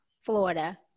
Florida